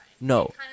no